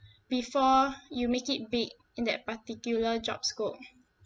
before you make it big in that particular job scope